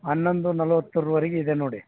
ಹನ್ನೊಂದು ನಲ್ವತ್ತರ್ವರೆಗೆ ಇದೆ ನೋಡಿ